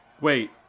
Wait